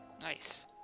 Nice